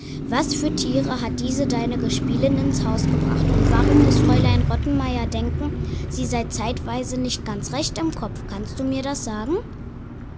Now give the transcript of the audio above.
was für tiere hat diese deine gespielin ins haus gebracht und warum muss fräulein rottenmeier denken sie sei zeitweise nicht ganz recht im kopf kannst du mir das sagen